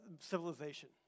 civilization